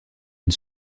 une